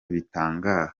bitanga